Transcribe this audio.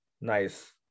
nice